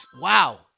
Wow